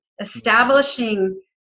establishing